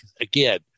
again